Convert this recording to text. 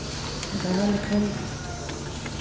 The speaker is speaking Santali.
ᱫᱟᱬᱟ ᱞᱮᱠᱷᱟᱱ